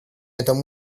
этом